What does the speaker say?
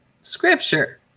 scripture